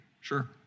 Sure